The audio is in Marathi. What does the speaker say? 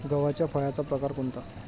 गव्हाच्या फळाचा प्रकार कोणता?